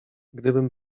gdybym